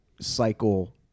cycle